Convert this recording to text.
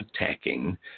attacking